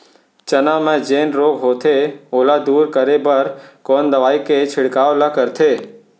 चना म जेन रोग होथे ओला दूर करे बर कोन दवई के छिड़काव ल करथे?